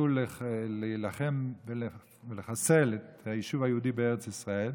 רצו להילחם ולחסל את היישוב היהודי בארץ ישראל.